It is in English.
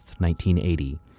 1980